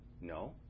No